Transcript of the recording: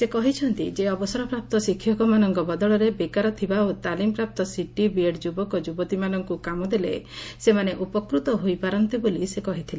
ସେ କହିଛନ୍ତି ଯେ ଅବସରପ୍ରାପ୍ତ ଶିକ୍ଷକ ମାନଙ୍କ ବଦଳରେ ବେକାର ଥିବା ଓ ତାଲିମ ପ୍ରାପ୍ତ ସିଟି ବିଏଡ ଯୁବକ ଯୁବତୀ ମାନଙ୍କୁ କାମ ଦେଲେ ସେମାନେ ଉପକୃତ ହୋଇ ପାରନ୍ତେ ବୋଲି ସେ କହିଥିଲେ